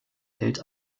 hält